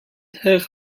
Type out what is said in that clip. herr